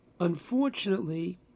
Unfortunately